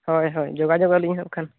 ᱦᱳᱭ ᱦᱳᱭ ᱡᱳᱜᱟᱡᱳᱜ ᱟᱹᱞᱤᱧ ᱦᱟᱜ ᱠᱷᱟᱱ